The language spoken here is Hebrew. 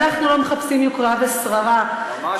אנחנו לא מחפשים יוקרה ושררה, ממש לא.